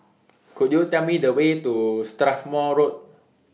Could YOU Tell Me The Way to Strathmore Road